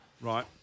Right